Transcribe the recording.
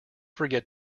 forget